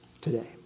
today